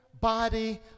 body